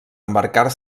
embarcar